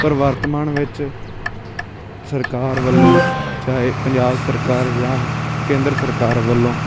ਪਰ ਵਰਤਮਾਨ ਵਿੱਚ ਸਰਕਾਰ ਵੱਲੋਂ ਚਾਹੇ ਪੰਜਾਬ ਸਰਕਾਰ ਜਾਂ ਕੇਂਦਰ ਸਰਕਾਰ ਵੱਲੋਂ